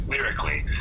lyrically